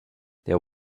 there